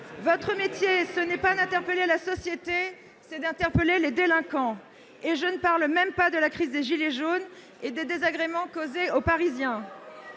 Votre métier, ce n'est pas d'interpeller la société, c'est d'interpeller les délinquants. » Et je ne parle pas de la crise des « gilets jaunes » et des désagréments causés aux Parisiens